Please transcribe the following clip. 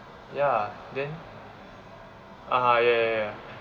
ya then uh ya ya ya